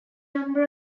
number